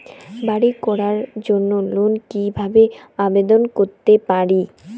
বাড়ি করার জন্য লোন কিভাবে আবেদন করতে পারি?